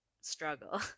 struggle